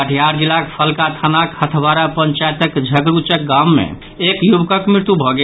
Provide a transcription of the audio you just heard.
कहिटार जिलाक फलका थानाक हथवाड़ा पंचायतक झगड़ूचक गाम मे एक युवकक मृत्यु भऽ गेल